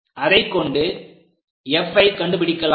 அதைக் கொண்டு Fஐ கண்டுபிடிக்கலாம்